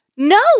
No